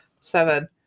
seven